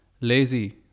lazy